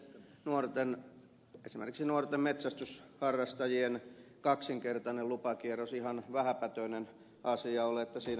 ei esimerkiksi nuorten metsästysharrastajien kaksinkertainen lupakierros ihan vähäpätöinen asia ole